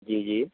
जी जी